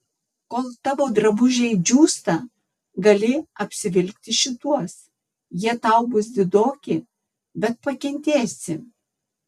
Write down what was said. kol tavo drabužiai džiūsta gali apsivilkti šituos jie tau bus didoki bet pakentėsi